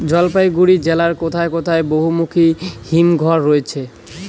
জলপাইগুড়ি জেলায় কোথায় বহুমুখী হিমঘর রয়েছে?